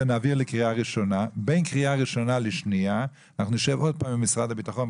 קריאה ראשונה לקריאה שנייה נשב שוב עם משרד הביטחון,